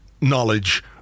knowledge